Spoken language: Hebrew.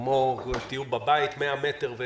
כמו: תהיו בבית 100 מטר,